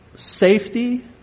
Safety